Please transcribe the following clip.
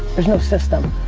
there's no system.